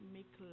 Make